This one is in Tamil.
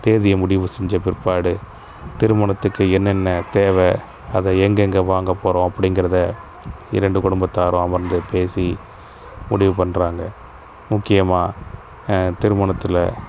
தேதியை முடிவு செஞ்ச பிற்பாடு திருமணத்துக்கு என்னென்ன தேவை அதை எங்கெங்கே வாங்கப் போகிறோம் அப்படிங்கிறத இரண்டு குடும்பத்தாரும் அமர்ந்து பேசி முடிவு பண்ணுறாங்க முக்கியமாக திருமணத்தில்